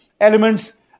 elements